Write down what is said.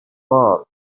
all